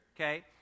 okay